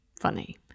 funny